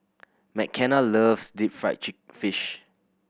Mckenna loves deep fried fish